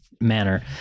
manner